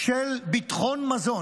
של ביטחון מזון,